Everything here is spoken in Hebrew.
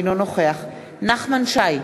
אינו נוכח נחמן שי,